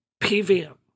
PVM